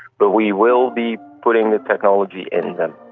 but we will be putting the technology in them.